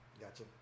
Gotcha